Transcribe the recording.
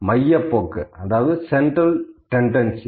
மையப்போக்கு central tendency